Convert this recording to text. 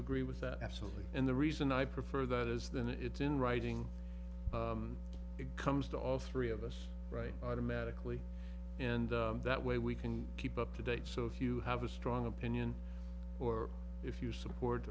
agree with that absolutely and the reason i prefer that is then it's in writing it comes to all three of us right automatically and that way we can keep up to date so if you have a strong opinion or if you support